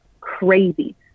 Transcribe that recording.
crazy